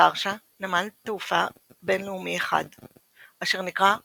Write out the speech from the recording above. לוורשה נמל תעופה בינלאומי אחד אשר נקרא אוקנציה,